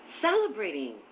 Celebrating